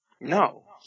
No